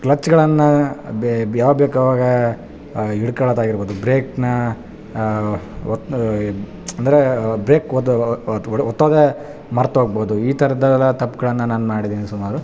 ಕ್ಲಚ್ಗಳನ್ನ ಬೆ ಯಾವಾಗ ಬೇಕು ಅವಾಗ ಹಿಡ್ಕೊಳದಾಗಿರ್ಬೊದು ಬ್ರೆಕ್ನ ಒತ್ತು ಅಂದರೆ ಬ್ರೆಕ್ ಒದ್ದು ಒತ್ತೋದೆ ಮರ್ತೊಗ್ಬೌದು ಈ ಥರದಲೆಲ ತಪ್ಪುಗಳನ್ನ ನಾನು ಮಾಡಿದಿನಿ ಸುಮಾರು